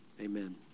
Amen